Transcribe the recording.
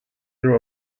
their